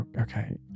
Okay